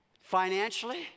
Financially